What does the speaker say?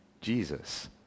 Jesus